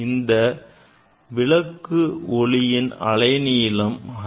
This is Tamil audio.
இந்த விளக்கு ஒளியின் அலை நீளம் 632